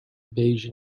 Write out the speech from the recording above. beige